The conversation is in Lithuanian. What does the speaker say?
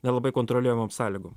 nelabai kontroliuojamom sąlygom